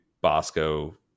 Bosco